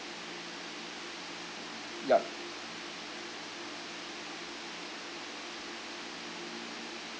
yup